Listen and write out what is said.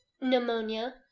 pneumonia